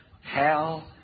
hell